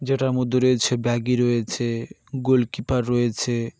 যেটার মধ্যে রয়েছে ব্যাগি রয়েছে গোলকিপার রয়েছে